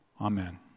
Amen